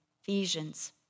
Ephesians